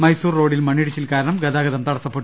മൈസൂർ റോഡിൽ മണ്ണിടിച്ചിൽ കാരണം ഗതാഗതം തടസ്സപ്പെട്ടു